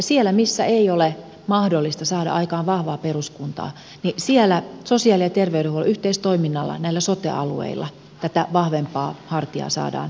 siellä missä ei ole mahdollista saada aikaan vahvaa peruskuntaa sosiaali ja terveydenhuollon yhteistoiminnalla näillä sote alueilla tätä vahvempaa hartiaa saadaan aikaiseksi